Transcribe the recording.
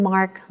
Mark